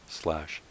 slash